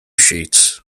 sheets